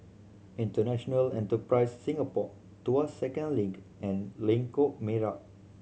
International Enterprise Singapore Tuas Second Link and Lengkok Merak